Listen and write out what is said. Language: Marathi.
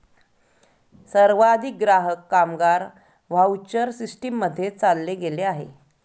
सर्वाधिक ग्राहक, कामगार व्हाउचर सिस्टीम मध्ये चालले गेले आहे